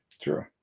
True